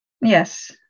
Yes